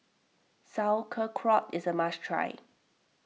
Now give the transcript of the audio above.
Sauerkraut is a must try